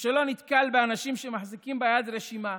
ולא נתקל באנשים שמחזיקים ביד רשימה,